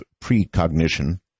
precognition